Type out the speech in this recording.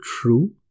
true